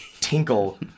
tinkle